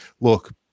look